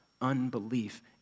unbelief